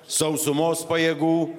sausumos pajėgų